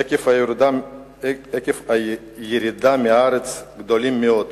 היקפי הירידה מהארץ גדולים מאוד.